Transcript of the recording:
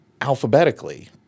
alphabetically